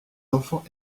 enfants